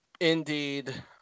Indeed